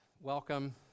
Welcome